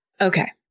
Okay